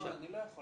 לא, אני לא יכול.